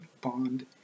bond